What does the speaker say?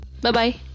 Bye-bye